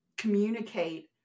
communicate